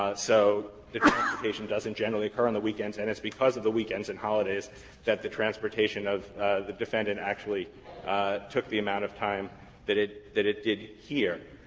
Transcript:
ah so the transportation doesn't generally occur on the weekends. and it's because of the weekends and holidays that the transportation of the defendant actually took the amount of time that it that it did here.